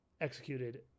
executed